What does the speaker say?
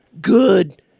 good